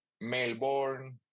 melbourne